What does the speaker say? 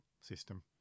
system